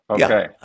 okay